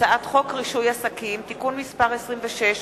הצעת חוק רישוי עסקים (תיקון מס' 26,